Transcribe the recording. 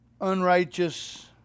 unrighteous